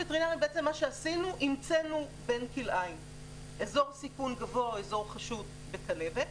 אנחנו המצאנו בן-כלאיים: אזור בסיכון גבוה או אזור חשוב בכלבת.